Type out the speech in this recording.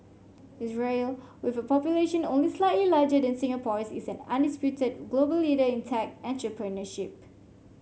Israel with a population only slightly larger than Singapore's is an undisputed global leader in tech entrepreneurship